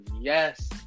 yes